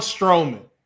Strowman